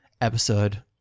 episode